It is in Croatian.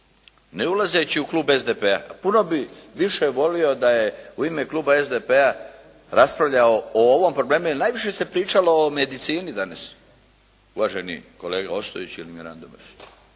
Ne ulazeći u klub SDP-a puno bi više volio da je u ime kluba SDP-a raspravljao o ovom problemu, jer najviše se pričalo o medicini danas uvaženi kolega Ostojić i Mirando